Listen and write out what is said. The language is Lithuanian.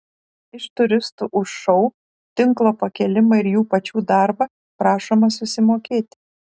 iš turistų už šou tinklo pakėlimą ir jų pačių darbą prašoma susimokėti